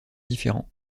différent